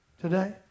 today